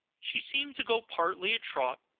she seemed to go partly a trot,